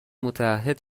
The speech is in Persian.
متعهد